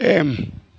M